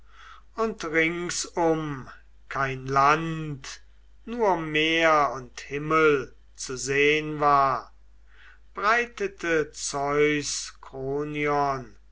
und ringsum kein land nur meer und himmel zu sehn war breitete zeus